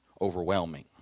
overwhelming